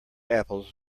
apples